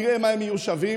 נראה מה הם יהיו שווים.